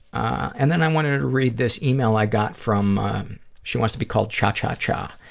and then i wanted to to read this email i got from she wants to be called cha cha cha,